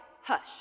hush